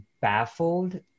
baffled